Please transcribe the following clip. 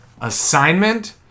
assignment